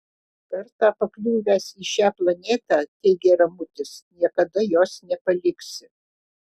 kartą pakliuvęs į šią planetą teigė ramutis niekada jos nepaliksi